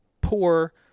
poor